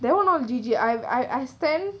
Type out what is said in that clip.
that one not gigi I stan